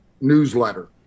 newsletter